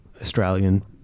Australian